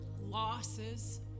Losses